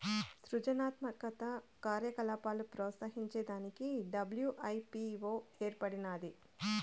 సృజనాత్మక కార్యకలాపాలు ప్రోత్సహించే దానికి డబ్ల్యూ.ఐ.పీ.వో ఏర్పడినాది